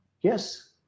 Yes